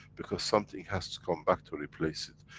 because something has to come back to replace it.